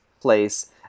place